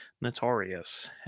Notorious